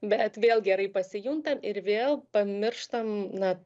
bet vėl gerai pasijuntam ir vėl pamirštam na